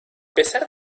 pesar